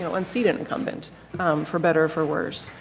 you know unseat and incumbent for better or for worse.